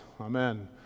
Amen